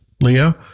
Leah